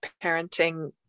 parenting